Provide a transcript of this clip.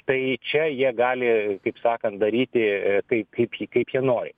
tai čia jie gali kaip sakant daryti kaip kaip ji kaip jie nori